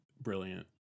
brilliant